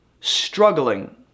struggling